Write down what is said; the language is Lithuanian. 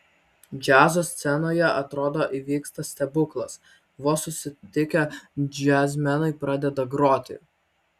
džiazo scenoje atrodo įvyksta stebuklas vos susitikę džiazmenai pradeda groti